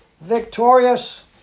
victorious